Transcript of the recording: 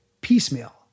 piecemeal